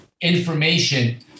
information